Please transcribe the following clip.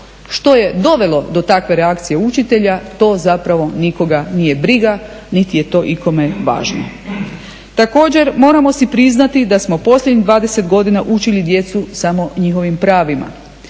Što je dovelo do takve reakcije učitelja, to zapravo nikoga nije briga niti je to ikome važno. Također moramo si priznati da smo posljednjih 20 godina učili djecu samo njihovim pravima.